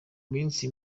minsi